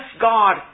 God